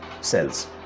cells